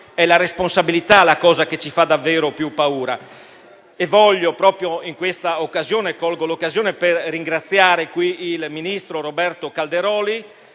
è la responsabilità la cosa che ci fa davvero più paura. Colgo questa occasione per ringraziare il ministro Roberto Calderoli